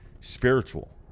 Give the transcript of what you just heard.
spiritual